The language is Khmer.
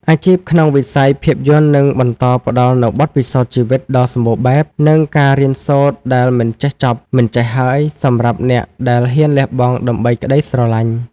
អាជីពក្នុងវិស័យភាពយន្តនឹងបន្តផ្ដល់នូវបទពិសោធន៍ជីវិតដ៏សម្បូរបែប និងការរៀនសូត្រដែលមិនចេះចប់មិនចេះហើយសម្រាប់អ្នកដែលហ៊ានលះបង់ដើម្បីក្ដីស្រឡាញ់។